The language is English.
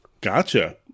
Gotcha